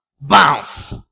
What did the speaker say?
Bounce